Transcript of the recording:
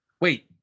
Wait